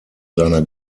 seiner